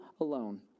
alone